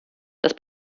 das